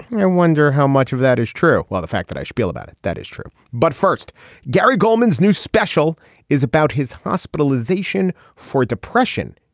i wonder how much of that is true. well the fact that i spiel about it. that is true. but first gary goldman's new special is about his hospitalization for depression.